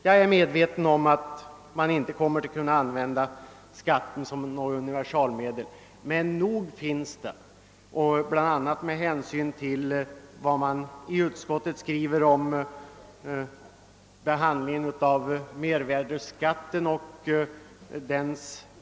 Jag är medveten om att man inte kan använda skatten som något slags universalmedel.